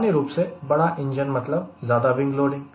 सामान्य रूप से बड़ा इंजन मतलब ज्यादा विंग लोडिंग